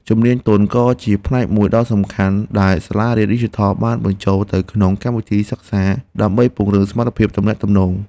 ជំនាញទន់ក៏ជាផ្នែកមួយដ៏សំខាន់ដែលសាលាឌីជីថលបានបញ្ចូលទៅក្នុងកម្មវិធីសិក្សាដើម្បីពង្រឹងសមត្ថភាពទំនាក់ទំនង។